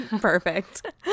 Perfect